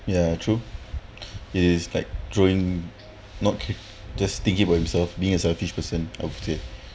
ya true is like join not just thinking about himself being a selfish person I'd say